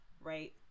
right